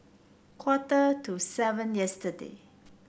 quarter to seven yesterday